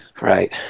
right